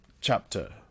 chapter